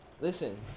Listen